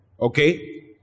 Okay